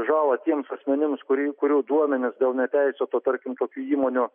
žalą tiems asmenims kurie kurių duomenis dėl neteisėto tarkim tokių įmonių